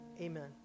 amen